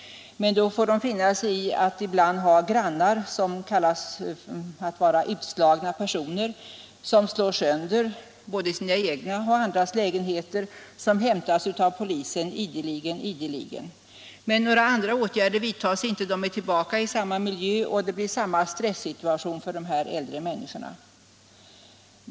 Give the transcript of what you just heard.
Men då får de ibland finna sig i att som grannar ha s.k. utslagna personer, som slår sönder både sina egna och andras lägenheter och som ideligen hämtas av polisen. Men några andra åtgärder vidtas inte. Grannarna är snart tillbaka i sin miljö, och det blir samma stressituation för de här äldre människorna.